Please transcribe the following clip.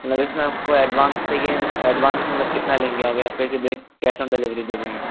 मतलब इसमें आपको एडवांस चाहिए एडवांस मतलब कितना लेंगे आप या फिर बैग कैश ऑन डिलीवरी दे दूं मैं